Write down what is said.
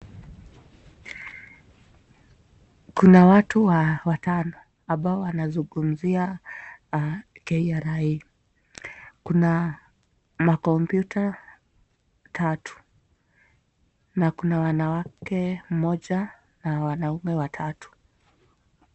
Kuna watu watano ambao wanazungumzia KRA. Kuna makompyuta tatu na kuna wanawake mmoja na wanaume watatu.